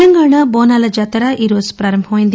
తెలంగాణ బోనాల జాతర ఈరోజు ప్రారంభమైంది